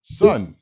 son